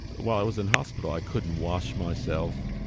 while i was in hospital i couldn't wash myself,